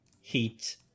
Heat